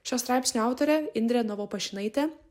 šio straipsnio autorė indrė novopušinaitė